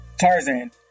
tarzan